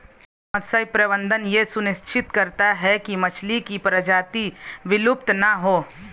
मत्स्य प्रबंधन यह सुनिश्चित करता है की मछली की प्रजाति विलुप्त ना हो